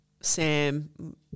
Sam